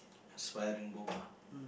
have spelling book ah